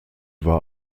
war